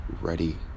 ready